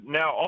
now